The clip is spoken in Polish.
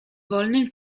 wolnym